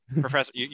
professor